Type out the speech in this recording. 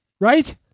Right